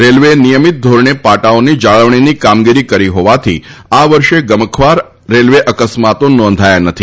રેલવેએ નિયમિત ધોરણે પાટાઓની જાળવણીની કામગીરી કરી હોવાથી આ વર્ષે ગમખ્વાર રેલવે અકસ્માતો નોંધાયા નથી